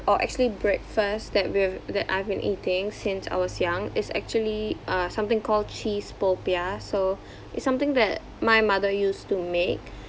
or actually breakfast that we have that I've been eating since I was young is actually uh something call cheese popiah so it's something that my mother used to make